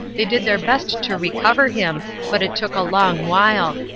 they did their best to recover him, but it took a long while.